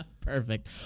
Perfect